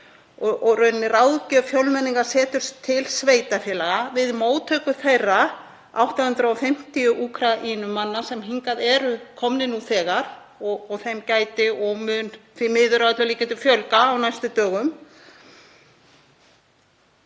og í rauninni ráðgjöf Fjölmenningarseturs til sveitarfélaga við móttöku þeirra 850 Úkraínumanna sem hingað eru komnir nú þegar og þeim gæti og mun því miður að öllum líkindum fjölga á næstu dögum.